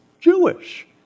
Jewish